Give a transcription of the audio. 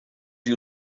you